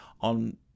on